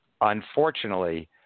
Unfortunately